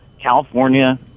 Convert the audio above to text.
California